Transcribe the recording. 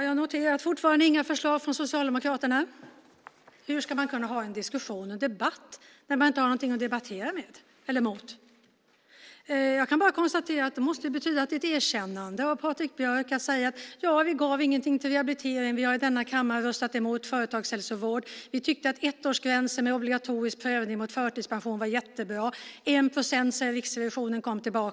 Fru talman! Fortfarande inga förslag från Socialdemokraterna, noterar jag. Hur ska man kunna ha en diskussion och en debatt när man inte har någon att debattera med eller mot? Jag kan bara konstatera att det måste betyda att det är ett erkännande från Patrik Björck att säga: Ja, vi gav ingenting till rehabiliteringen. Vi har i denna kammare röstat emot företagshälsovård. Vi tyckte att ettårsgränsen med obligatorisk prövning mot förtidspension var jättebra. 1 procent kom tillbaka, säger Riksrevisionen.